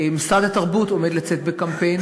משרד התרבות עומד לצאת בקמפיין